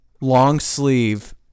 long-sleeve